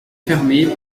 fermée